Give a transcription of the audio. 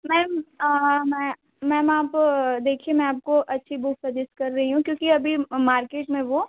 ma'am मैं ma'am आप देखिए मैं आपको अच्छी बुक सजेस्ट कर रही हूँ क्योंकि अभी मार्केट में वो